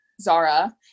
Zara